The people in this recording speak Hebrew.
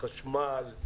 החשמל,